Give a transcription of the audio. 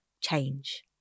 change